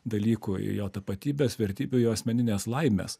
dalykų jo tapatybės vertybių jo asmeninės laimės